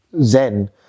zen